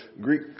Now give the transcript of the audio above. Greek